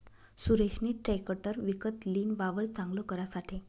सुरेशनी ट्रेकटर विकत लीन, वावर चांगल करासाठे